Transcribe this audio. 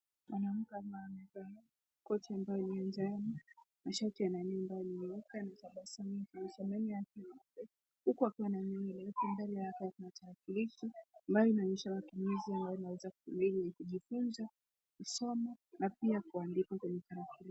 Mwanamke ambaye amevaa koti ambayo ni ya njano, na shati ya ndani nyeupe, anabasamu dhamani yake ni nyeupe, huku akiwa na nywele ndefu. Mbele yake kuna tarakilishi ambayo inaonyesha matumizi ambayo inaweza kuwa ni ya kujifunza, kusoma, na pia kuandika kwenye ka.